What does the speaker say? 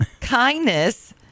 Kindness